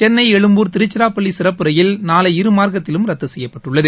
சென்னை எழும்பூர் திருச்சிராப்பள்ளி சிறப்பு ரயில் நாளை இரு மார்க்கத்திலும் ரத்து செய்யப்பட்டுள்ளது